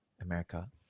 America